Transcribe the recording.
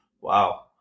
Wow